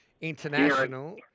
International